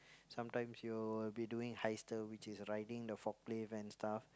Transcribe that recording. sometimes you will be doing which is riding the forklift and stuff